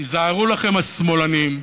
היזהרו לכם, השמאלנים,